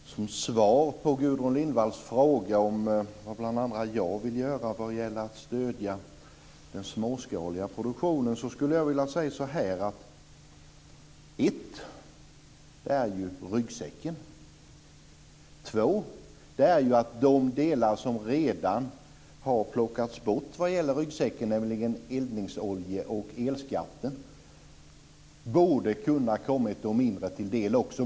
Fru talman! Som svar på Gudrun Lindvalls fråga om vad bl.a. jag vill göra för att stödja den småskaliga produktionen skulle jag vilja säga så här: 2. De delar som redan har plockats bort vad gäller ryggsäcken, nämligen eldningsoljor och elskatten, borde ha kunnat komma till de mindre till del.